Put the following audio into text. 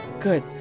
good